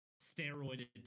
steroided